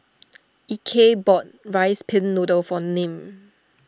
Ike bought Rice Pin Noodles for Nim